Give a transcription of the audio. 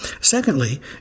Secondly